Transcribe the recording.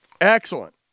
Excellent